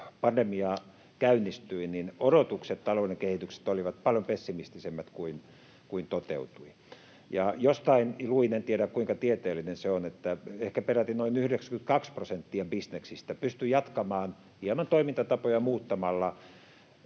pandemia käynnistyi, odotukset talouden kehityksestä olivat paljon pessimistisemmät kuin mitä toteutui. Jostain luin — en tiedä, kuinka tieteellistä se on — että ehkä peräti noin 92 prosenttia bisneksistä pystyi jatkamaan hieman toimintatapoja muuttamalla